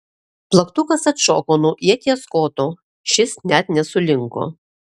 plaktukas atšoko nuo ieties koto šis net nesulinko